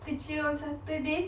kerja on saturday